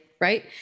Right